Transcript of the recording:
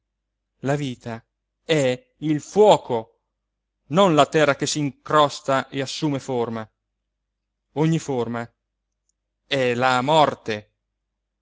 la vita è il fuoco non la terra che si incrosta e assume forma l'uomo solo luigi pirandello ogni forma è la morte